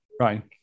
right